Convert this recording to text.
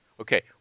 Okay